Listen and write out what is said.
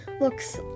looks